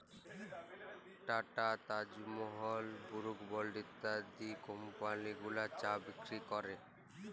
tata, Taj Mahal, Brooke Bond ইত্যাদি কমপালি গুলান চা বিক্রি ক্যরে